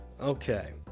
okay